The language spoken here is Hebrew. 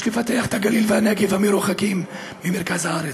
יש לפתח את הגליל והנגב המרוחקים ממרכז הארץ.